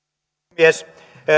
puhemies